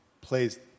plays